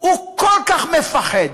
הוא כל כך מפחד.